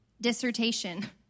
dissertation